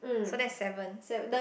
so that's seven